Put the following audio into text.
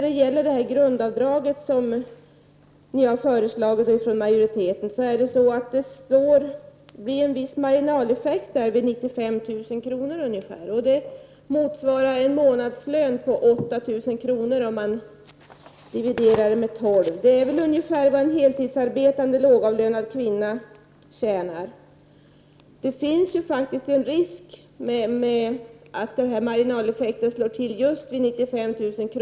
Det grundavdrag som majoriteten har föreslagit slår till vid en viss marginaleffekt, vid ungefär 95 000 kr. Denna summa motsvarar en månadslön på ungefär 8 000 kr., om man dividerar med tolv. Det är väl ungefär vad en heltidsarbetande lågavlönad kvinna tjänar. Att denna marginaleffekt slår till vid just 95 000 kr.